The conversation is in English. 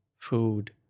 food